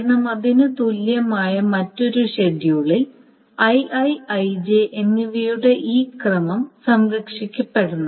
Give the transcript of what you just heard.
കാരണം അതിന് തുല്യമായ മറ്റൊരു ഷെഡ്യൂളിൽ Ii Ij എന്നിവയുടെ ഈ ക്രമം സംരക്ഷിക്കപ്പെടണം